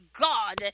God